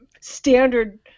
standard